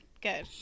good